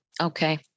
Okay